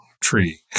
tree